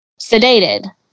sedated